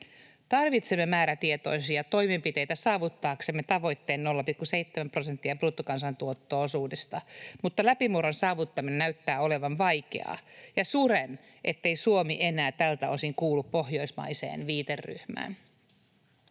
Tarvitsemme määrätietoisia toimenpiteitä saavuttaaksemme tavoitteen 0,7 prosenttia bruttokansantuotteesta, mutta läpimurron saavuttaminen näyttää olevan vaikeaa. Suren, ettei Suomi enää tältä osin kuulu pohjoismaiseen viiteryhmään.